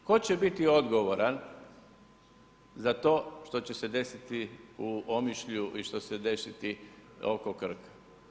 Tko će biti odgovoran za to što će se desiti u Omišlju i što će se desiti oko Krka?